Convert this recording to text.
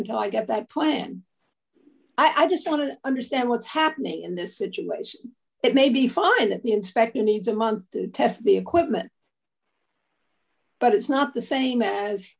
until i get that plant i just want to understand what's happening in this situation it may be fine that the inspector needs a month to test the equipment but it's not the same as